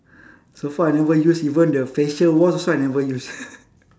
so far I never use even the facial wash also I never use